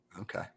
Okay